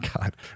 God